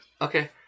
Okay